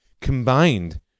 combined